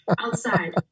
outside